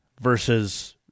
versus